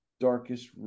darkest